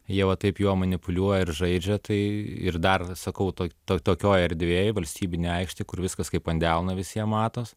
j ie va taip juo manipuliuoja ir žaidžia tai ir dar sakau to tokioj erdvėj valstybinė aikštė kur viskas kaip ant delno visiem matos